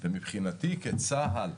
ומבחינתי כצה"ל,